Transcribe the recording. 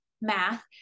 math